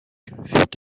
furent